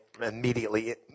immediately